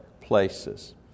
places